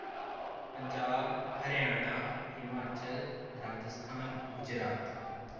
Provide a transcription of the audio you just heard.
Punjab Haryana Himachal Rajasthan Gujarat